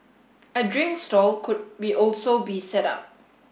a drink stall could be also be set up